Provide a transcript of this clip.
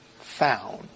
found